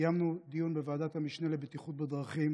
קיימנו דיון בוועדת המשנה לבטיחות בדרכים